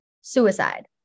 Suicide